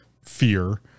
fear